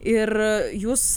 ir jūs